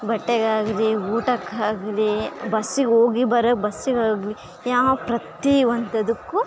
ಬಟ್ಟೆಗಾಗಲಿ ಊಟಕ್ಕೆ ಆಗಲಿ ಬಸ್ಗೆ ಹೋಗಿ ಬರಾಕೆ ಬಸ್ಗೆ ಆಗಲಿ ಯಾವ ಪ್ರತಿಯೊಂದಕ್ಕು